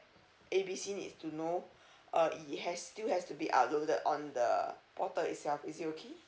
A B C need to know it has still have to be uploaded on the portal itself is it okay